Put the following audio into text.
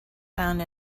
found